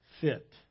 fit